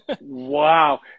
Wow